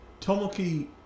Tomoki